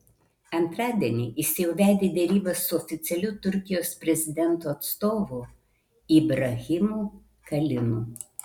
antradienį jis jau vedė derybas su oficialiu turkijos prezidento atstovu ibrahimu kalinu